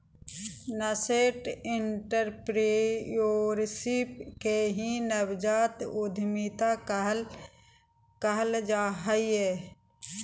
nascent entrepreneurship के ही नवजात उद्यमिता कहल जा हय